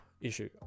issue